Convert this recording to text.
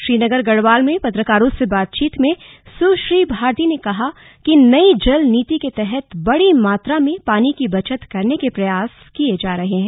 श्रीनगर गढ़वाल में पत्रकारों से बातचीत में सुश्री भारती ने कहा कि नई जल नीति के तहत बड़ी मात्रा में पानी की बचत करने के प्रयास किए जा रहे हैं